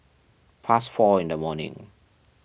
past four in the morning